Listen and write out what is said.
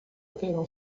terão